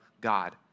God